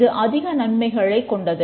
இது அதிக நன்மைகளைக் கொண்டது